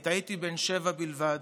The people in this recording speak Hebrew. עת הייתי בן שבע בלבד,